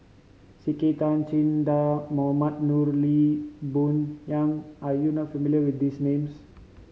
C K Tang Che Dah Mohamed Noor Lee Boon Yang are you not familiar with these names